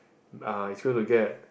uh it's going to get